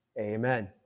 Amen